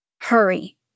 Hurry